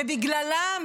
ובגללם,